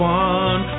one